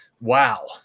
wow